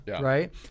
right